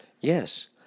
Yes